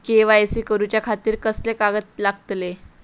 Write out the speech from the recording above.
KYC करूच्या खातिर कसले कागद लागतले?